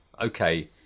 okay